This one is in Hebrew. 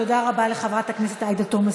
תודה רבה לחברת הכנסת עאידה תומא סלימאן.